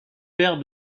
paire